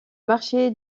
marché